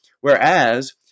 Whereas